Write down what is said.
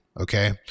okay